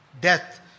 death